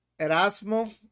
Erasmo